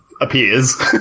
appears